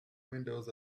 windows